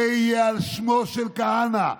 זה יהיה על שמו של כהנא.